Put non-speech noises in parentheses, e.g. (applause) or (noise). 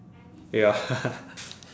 ya (laughs)